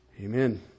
Amen